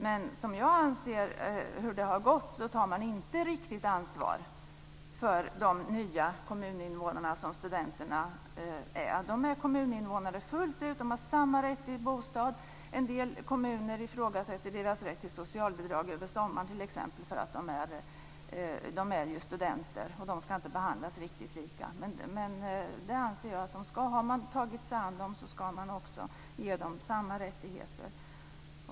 Men med tanke på hur det har gått i det avseendet anser jag att man inte riktigt tar ansvar för de nya kommuninvånare som studenterna är. De är fullt ut kommuninvånare och har samma rätt till bostad men en del kommuner ifrågasätter deras rätt till socialbidrag under sommaren med hänvisning till att de är studenter och inte ska behandlas riktigt lika. Jag anser att har man tagit sig an dem ska man också ge dem samma rättigheter.